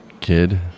kid